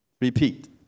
repeat